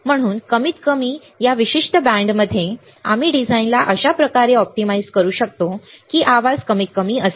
म्हणून कमीतकमी या विशिष्ट बँडमध्ये आम्ही डिझाइनला अशा प्रकारे ऑप्टिमाइझ करू शकतो की आवाज कमीतकमी असेल